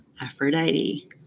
Aphrodite